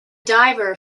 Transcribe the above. diver